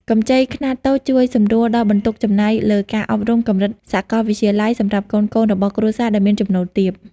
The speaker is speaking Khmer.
កម្ចីខ្នាតតូចជួយសម្រួលដល់បន្ទុកចំណាយលើការអប់រំកម្រិតសកលវិទ្យាល័យសម្រាប់កូនៗរបស់គ្រួសារដែលមានចំណូលទាប។